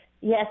Yes